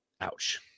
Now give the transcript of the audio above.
Ouch